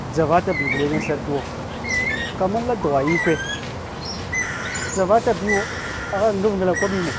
Dʒvatabi gulen ansartuwo, anala dugna ikove, dʒavatabiwo agha ngavngla kwaɓine